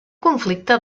conflicte